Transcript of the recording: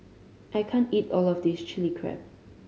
I can't eat all of this Chilli Crab